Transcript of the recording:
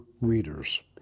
readers